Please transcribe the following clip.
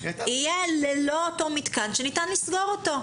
יהיה ללא אותו מתקן שניתן לסגור אותו.